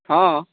हँ